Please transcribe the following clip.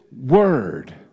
Word